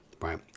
right